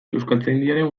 euskaltzaindiaren